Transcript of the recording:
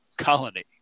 colony